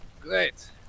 Great